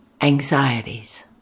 anxieties